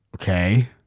Okay